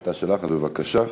החלטה שלך, אז בבקשה.